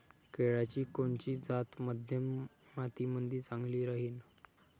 केळाची कोनची जात मध्यम मातीमंदी चांगली राहिन?